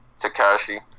Takashi